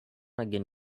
again